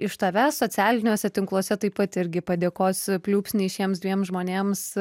iš tavęs socialiniuose tinkluose taip pat irgi padėkos pliūpsniai šiems dviem žmonėms